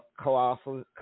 colossal